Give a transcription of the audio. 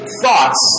thoughts